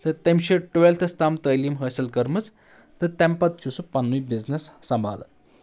تہٕ تٔمۍ چھِ ٹُوِیٚلتَھس تام تعٲلیٖم حٲصِل کٔرمٕژ تہٕ تَمہِ پتہٕ چھُ سُہ پَنٛنُی بِزنؠس سمبَالَن